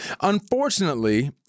Unfortunately